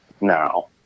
now